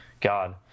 God